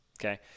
Okay